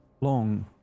Long